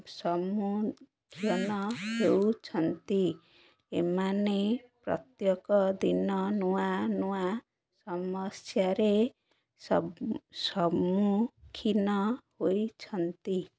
ସମୁଖୀନ ହେଉଛନ୍ତି ଏମାନେ ପ୍ରତ୍ୟେକ ଦିନ ନୂଆ ନୂଆ ସମସ୍ୟାରେ ସମ୍ମୁଖୀନ ହୋଇଛନ୍ତି